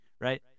Right